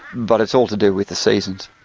but it's all to do with the seasons.